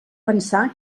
pensar